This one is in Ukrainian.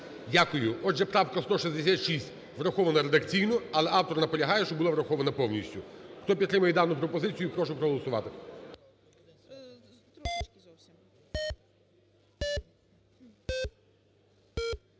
Дякую. Отже, поправка, 166, врахована редакційно, але автор наполягає, щоб вона була врахована повністю. Хто підтримує дану пропозицію, прошу проголосувати.